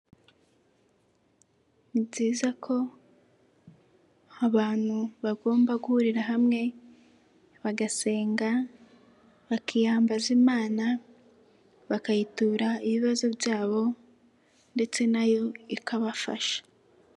Ni byiza ko abantu bagomba guhurira hamwe bagasenga, bakiyambaza Imana, bakayitura ibibazo byabo ndetse na yo ikabafasha.